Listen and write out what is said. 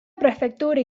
prefektuuri